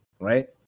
right